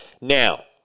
Now